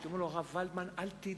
הייתי אומר לו: הרב ולדמן, אל תדאג.